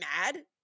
mad